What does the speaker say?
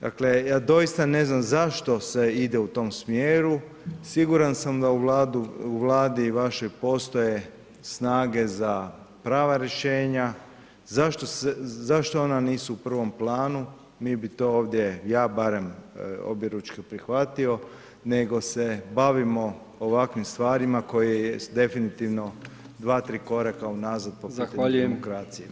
Dakle, ja doista ne znam zašto se ide u tom smjeru, siguran sam da u Vladi vašoj postoje snage za prava rješenja, zašto ona nisu u prvom planu, mi bi to ovdje, ja barem, objeručke prihvatio, nego se bavimo ovakvim stvarima koje je definitivno dva, tri koraka unazad [[Upadica: Zahvaljujem.]] po pitanju demokracije.